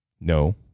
No